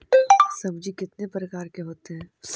सब्जी कितने प्रकार के होते है?